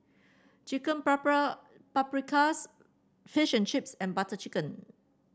Chicken Paprikas Fish and Chips and Butter Chicken